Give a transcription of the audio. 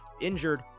injured